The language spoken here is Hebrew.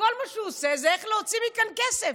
וכל מה שהוא עושה זה איך להוציא מכאן כסף.